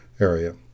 area